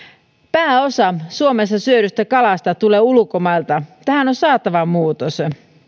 pääosa suomessa syödystä kalasta tulee ulkomailta tähän on saatava muutos